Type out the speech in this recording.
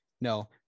No